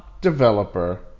developer